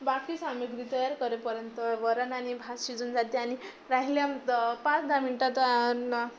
बाकी सामग्री तयार करेपर्यंत वरण आणि भात शिजून जाते आणि राहिल्या पाच दहा मिनिटात